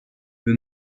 veut